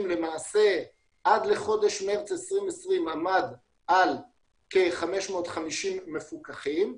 עד לחודש מרס 2020 עמד על כ-550 מפוקחים,